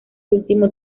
último